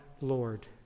Lord